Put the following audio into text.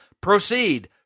Proceed